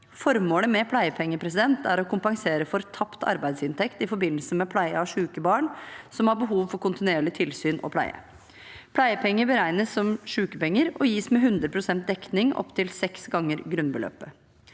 Formålet med pleiepenger er å kompensere for tapt arbeidsinntekt i forbindelse med pleie av syke barn som har behov for kontinuerlig tilsyn og pleie. Pleiepenger beregnes som sykepenger og gis med 100 pst. dekning opptil seks ganger grunnbeløpet.